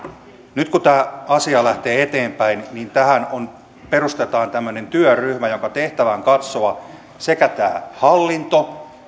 nyt kun tämä asia lähtee eteenpäin niin tähän perustetaan tämmöinen työryhmä jonka tehtävä on katsoa sekä tämä hallinto